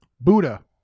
Buddha